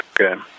Okay